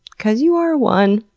because you are one.